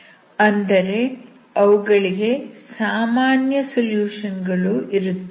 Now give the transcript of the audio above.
ಅಂದರೆ ಅವುಗಳಿಗೆ ಸಾಮಾನ್ಯ ಸೊಲ್ಯೂಷನ್ ಗಳೂ ಇರುತ್ತವೆ